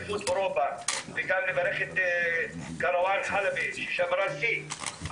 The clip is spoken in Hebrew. וגם לברך את כרואן חלבי ששברה שיא.